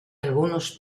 algunos